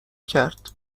کرد